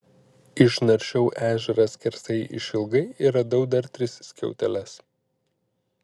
išnaršiau ežerą skersai išilgai ir radau dar tris skiauteles